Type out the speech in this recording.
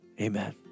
Amen